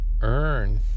earn